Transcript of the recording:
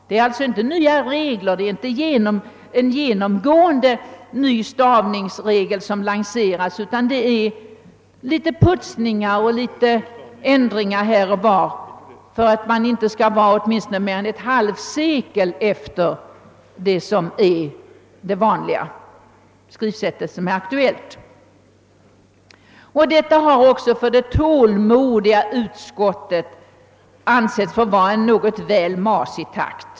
Det är alltså inte fråga om nya regler eller om genomgående nystavningsregler, utan det är litet putsningar här och var för att man åtminstone inte skall vara mer än ett halvsekel efter det skrivsätt som är aktuellt. Detta har av det tålmodiga utskottet ansetts vara något väl masig takt.